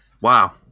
Wow